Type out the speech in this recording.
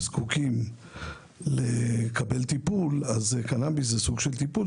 וזקוקים לטיפול קנביס הוא סוג של טיפול,